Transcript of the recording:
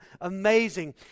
amazing